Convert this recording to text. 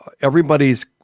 everybody's